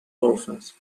golfes